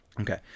Okay